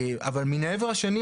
מן העבר השני,